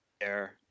Air